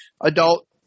adult